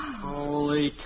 Holy